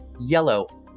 yellow